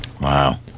Wow